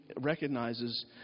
recognizes